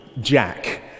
jack